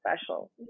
special